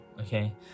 Okay